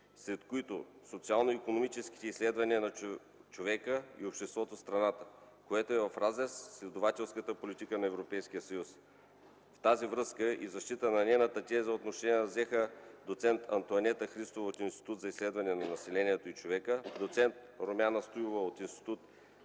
сред които социално-икономическите изследвания на човека и обществото в страната, което е в разрез с изследователската политика на Европейския съюз. В тази връзка и в защита на нейната теза отношение взеха доц. Антоанета Христова от Институт за изследване на населението и човека, доц. Румяна Стоилова от Институт